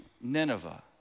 Nineveh